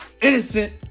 innocent